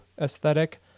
aesthetic